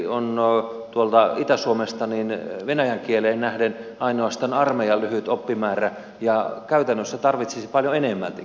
itselläni on itä suomesta venäjän kieleen nähden ainoastaan armeijan lyhyt oppimäärä ja käytännössä tarvitsisin paljon enemmältikin